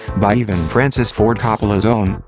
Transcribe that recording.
by even francis ford coppola's own,